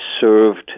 served